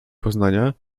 poznania